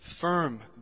firm